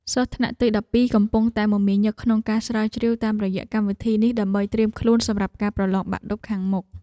សិស្សថ្នាក់ទីដប់ពីរកំពុងតែមមាញឹកក្នុងការស្រាវជ្រាវតាមរយៈកម្មវិធីនេះដើម្បីត្រៀមខ្លួនសម្រាប់ការប្រឡងបាក់ឌុបខាងមុខ។